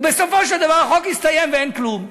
בסופו של דבר החוק הסתיים ואין כלום.